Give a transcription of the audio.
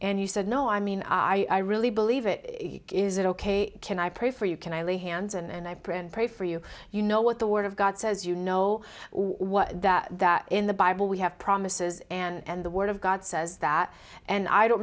and you said no i mean i really believe it is it ok can i pray for you can i lay hands and i print pray for you you know what the word of god says you know what that in the bible we have promises and the word of god says that and i don't